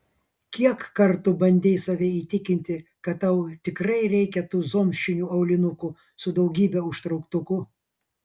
kiek kartų bandei save įtikinti kad tau tikrai reikia tų zomšinių aulinukų su daugybe užtrauktukų